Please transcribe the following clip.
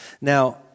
Now